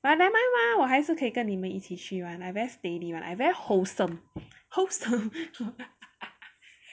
but never mind [one] 我还是可以跟你们一起去 [one] I very steady [one] I very wholesome wholesome